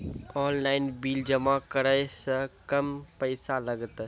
Online bill जमा करै से कम पैसा लागतै?